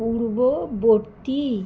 পূর্ববর্তী